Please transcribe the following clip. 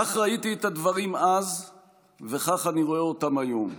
כך ראיתי את הדברים אז וכך אני רואה אותם היום.